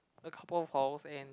a couple of halls and